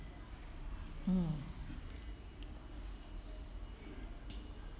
mm